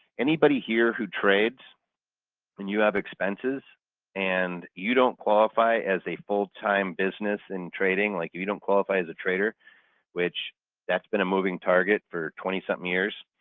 anybody here who trades and you have expenses and you don't qualify as a full-time business and trading like you don't qualify as a trader which that's been a moving target for twenty something years,